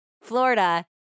Florida